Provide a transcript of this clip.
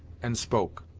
and spoke.